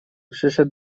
przyszedł